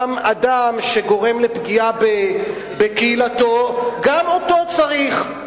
גם אדם שגורם לפגיעה בקהילתו, גם אותו צריך.